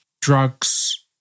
drugs